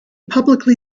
publicly